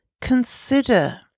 consider